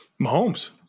Mahomes